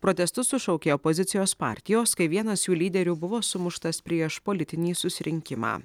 protestus sušaukė opozicijos partijos kai vienas jų lyderių buvo sumuštas prieš politinį susirinkimą